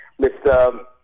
Mr